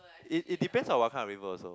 it it depends on what kind of river also